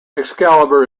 excalibur